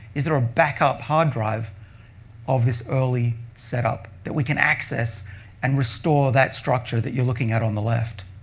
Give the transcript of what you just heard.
is there a backup hard drive of this early setup that we can access and restore that structure that you're looking at on the left?